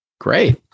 Great